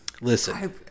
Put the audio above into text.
Listen